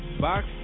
box